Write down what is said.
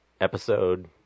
episode